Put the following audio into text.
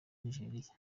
nigeria